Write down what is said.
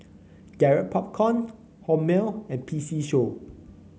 Garrett Popcorn Hormel and P C Show